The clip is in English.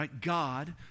God